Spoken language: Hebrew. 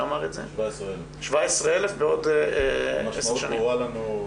17,000 בעוד עשר שנים.